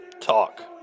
talk